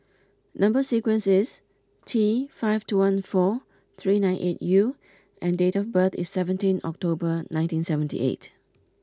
number sequence is T five two one four three nine eight U and date of birth is seventeen October nineteen seventy eight